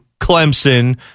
Clemson